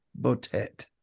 Botet